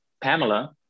Pamela